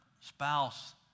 spouse